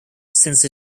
since